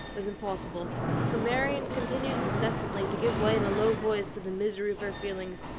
was impossible for marianne continued incessantly to give way in a low voice to the misery of her feelings,